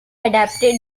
adapted